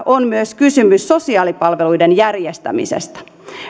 on myös kysymys sosiaalipalveluiden järjestämisestä